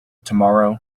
tomorrow